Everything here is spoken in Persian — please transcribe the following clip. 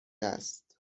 است